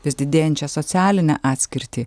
vis didėjančią socialinę atskirtį